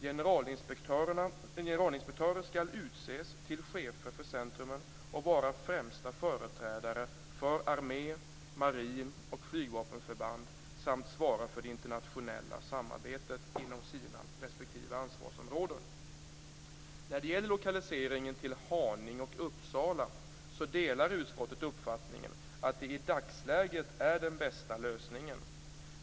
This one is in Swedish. Generalinspektörer skall utses till chefer för centrumen och vara främste företrädare för armé-, marin och flygvapenförbanden samt svara för det internationella samarbetet inom sina respektive ansvarsområden. När det gäller lokaliseringen till Haninge och Uppsala delar utskottet uppfattningen att detta i dagsläget är den bästa lösningen.